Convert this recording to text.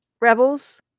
Rebels